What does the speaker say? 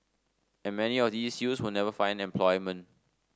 and many of these youth will never find employment